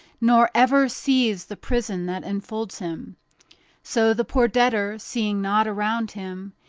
nor ever sees the prison that enfolds him so the poor debtor, seeing naught around him,